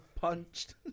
punched